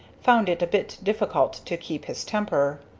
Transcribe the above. found it a bit difficult to keep his temper.